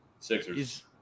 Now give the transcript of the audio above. Sixers